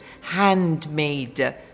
handmade